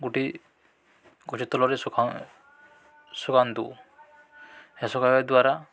ଗୋଟିଏ ଶୁଖାନ୍ତୁ ହେ ଶଖାଇବା ଦ୍ୱାରା